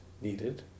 needed